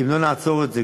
אם לא נעצור את זה,